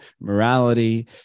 morality